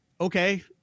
okay